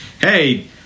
hey